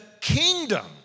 kingdom